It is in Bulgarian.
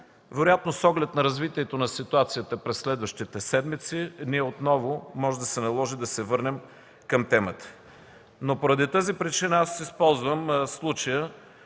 Вероятно с оглед развитието на ситуацията през следващите седмици може да се наложи отново да се върнем към темата. Поради тази причина използвам случая